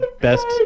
best